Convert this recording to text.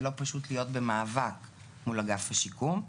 זה לא פשוט להיות במאבק מול אגף השיקום.